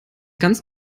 ganz